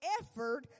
effort